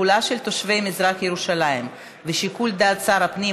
תחולה על תושבי מזרח ירושלים ושיקול דעת שר הפנים),